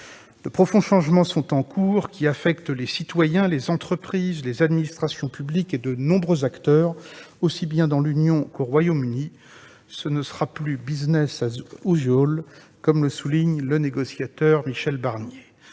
De profonds changements sont en cours, qui affectent les citoyens, les entreprises, les administrations publiques et de nombreux acteurs, aussi bien dans l'Union européenne qu'au Royaume-Uni. Ce ne sera plus, comme le souligne le négociateur Michel Barnier.